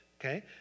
okay